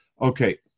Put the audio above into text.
Okay